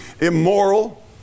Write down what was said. immoral